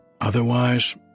Otherwise